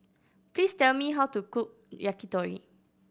please tell me how to cook Yakitori